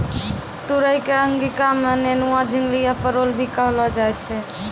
तुरई कॅ अंगिका मॅ नेनुआ, झिंगली या परोल भी कहलो जाय छै